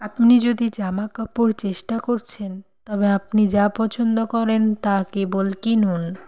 আপনি যদি জামাকাপড় চেষ্টা করছেন তবে আপনি যা পছন্দ করেন তা কেবল কিনুন